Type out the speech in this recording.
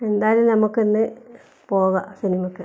എന്തായാലും നമുക്ക് ഇന്ന് പോകാം സിനിമക്ക്